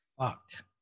fucked